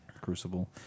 crucible